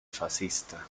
fascista